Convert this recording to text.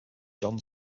john